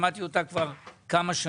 שמעתי אותה כבר כמה שנים.